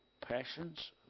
passions